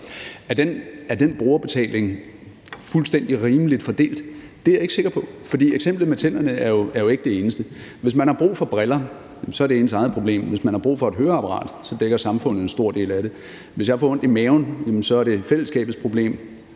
Er den brugerbetaling fuldstændig rimeligt fordelt? Det er jeg ikke sikker på, for eksemplet med tænderne er jo ikke det eneste. Hvis man har brug for briller, jamen så er det ens eget problem. Hvis man har brug for et høreapparat, dækker samfundet en stor del af det. Hvis jeg får ondt i maven, jamen så er det fællesskabets problem.